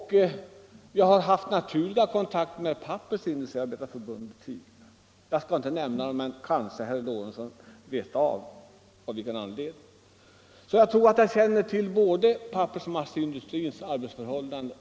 Jag har också haft många kontakter med Pappersindustriarbetareförbundet tidigare. Jag skall inte nämna av vilken anledning; kanske herr Lorentzon känner till den. Jag tror därför att jag ganska väl känner både pappersmasseindustrins och skogsarbetarnas förhållanden.